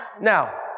Now